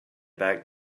back